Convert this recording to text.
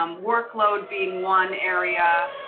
um workload being one area.